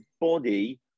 body